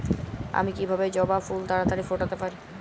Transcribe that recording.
আমি কিভাবে জবা ফুল তাড়াতাড়ি ফোটাতে পারি?